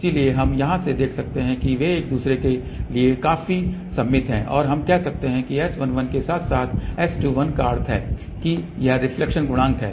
इसलिए हम यहां से देख सकते हैं कि वे एक दूसरे के लिए काफी सममित हैं और हम कह सकते हैं कि S11 के साथ साथ S21 का अर्थ है कि यह रिफ्लेक्शन गुणांक है